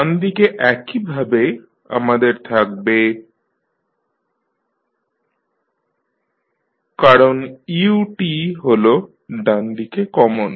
ডান দিকে একইভাবে আমাদের থাকবে bmsmbm 1sm 1b1sb0ut কারণ ut হল ডান দিকে কমন